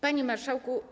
Panie Marszałku!